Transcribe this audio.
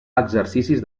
exercicis